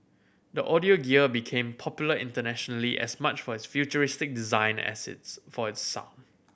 the audio gear became popular internationally as much for its futuristic design as its for its sound